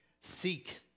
Seek